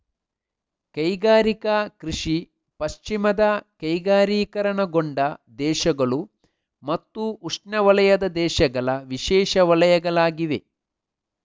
ಕೈಗಾರಿಕಾ ಕೃಷಿ ಪಶ್ಚಿಮದ ಕೈಗಾರಿಕೀಕರಣಗೊಂಡ ದೇಶಗಳು ಮತ್ತು ಉಷ್ಣವಲಯದ ದೇಶಗಳ ವಿಶೇಷ ವಲಯಗಳಾಗಿವೆ